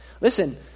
Listen